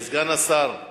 סגן השר?